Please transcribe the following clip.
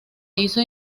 hizo